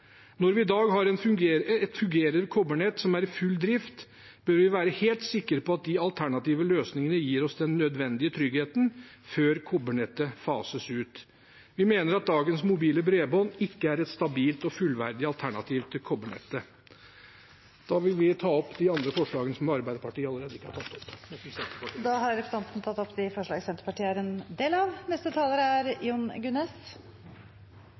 Når vi i dag har et fungerende kobbernett som er i full drift, bør vi være helt sikre på at de alternative løsningene gir oss den nødvendige tryggheten før kobbernettet fases ut. Vi mener at dagens mobile bredbånd ikke er et stabilt og fullverdig alternativ til kobbernettet. Da vil jeg ta opp forslagene fra Senterpartiet og SV. Representanten Bengt Fasteraune har tatt opp de forslagene han refererte til. I går kveld ringte det på døra hjemme hos meg, og der sto det en